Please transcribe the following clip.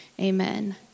Amen